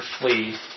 flee